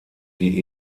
die